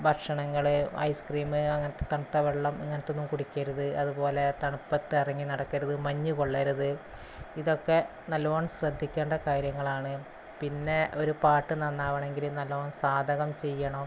ഭക്ഷണങ്ങള് ഐസ്ക്രീം അങ്ങനത്തെ തണുത്ത വെള്ളം ഇങ്ങനത്തതൊന്നും കുടിക്കരുത് അതുപോലെ തണുപ്പത്ത് ഇറങ്ങി നടക്കരുത് മഞ്ഞ് കൊള്ളരുത് ഇതൊക്കെ നല്ലവണ്ണം ശ്രദ്ധിക്കേണ്ട കാര്യങ്ങളാണ് പിന്നെ ഒരു പാട്ട് നന്നാവണമെങ്കില് നല്ലവണ്ണം സാധകം ചെയ്യണം